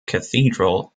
cathedral